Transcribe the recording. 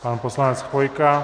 Pan poslanec Chvojka.